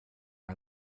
our